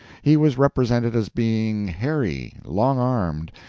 he was represented as being hairy, long-armed,